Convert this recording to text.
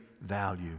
value